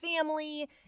family